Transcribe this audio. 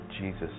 Jesus